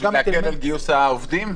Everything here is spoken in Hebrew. כדי להקל על גיוס העובדים?